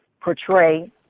portray